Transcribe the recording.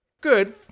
Good